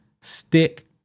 stick